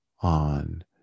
on